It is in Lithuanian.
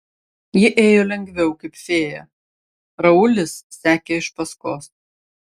ji ėjo lengviau kaip fėja raulis sekė iš paskos